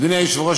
אדוני היושב-ראש,